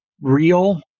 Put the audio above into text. real